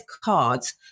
cards